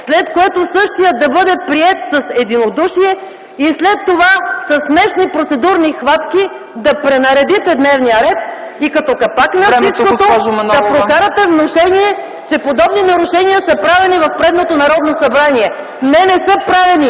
след което същият да бъде приет с единодушие и след това със смешни процедурни хватки да пренаредите дневния ред, и като капак на всичко – да прокарате внушение, че подобни нарушения са правени в предното Народно събрание. Не, не са правени!